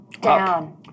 Down